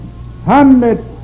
hundred